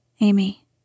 Amy